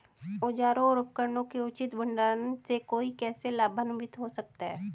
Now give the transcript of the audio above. औजारों और उपकरणों के उचित भंडारण से कोई कैसे लाभान्वित हो सकता है?